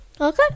Okay